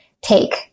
take